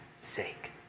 sake